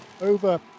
over